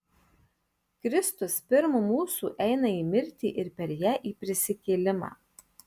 kristus pirm mūsų eina į mirtį ir per ją į prisikėlimą